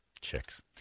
chicks